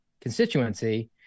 constituency